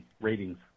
ratings